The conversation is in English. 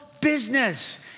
business